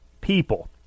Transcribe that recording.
people